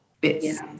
bits